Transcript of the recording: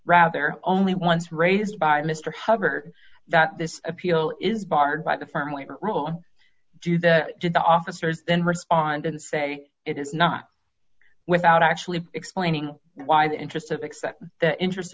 rather only once raised by mr hubbard that this appeal is barred by the firmly rule do that did the officer then respond and say it is not without actually explaining why the interest of expect the interest